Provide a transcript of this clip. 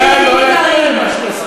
הצעת החוק עוסקת בשני עניינים עיקריים.